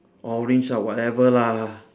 orange lah whatever lah